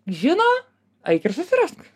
žino eik ir susirask